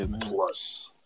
plus